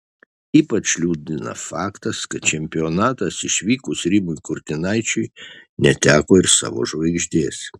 ypač liūdina faktas kad čempionatas išvykus rimui kurtinaičiui neteko ir savo žvaigždės